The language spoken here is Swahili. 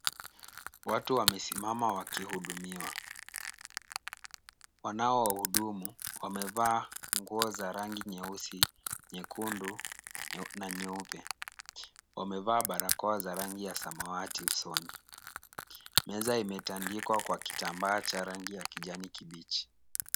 Watu wamesimama wakihudumiwa. Wanao wahudumu wamevaa nguo za rangi nyeusi, nyekundu, na nyeupe. Wamevaa barakoa za rangi ya samawati usoni. Meza imetandikwa kwa kitambaa cha rangi ya kijani kibichi.